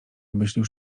obmyślił